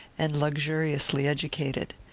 and luxuriously educated.